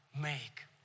make